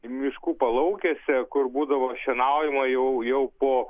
miškų palaukėse kur būdavo šienaujama jau jau po